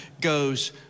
goes